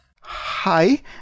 Hi